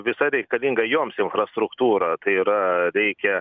visa reikalinga joms infrastruktūra tai yra reikia